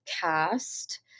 cast